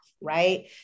right